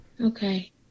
okay